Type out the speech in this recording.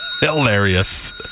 Hilarious